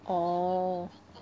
oh